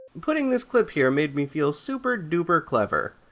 putting this clip here made me feel super duper clever.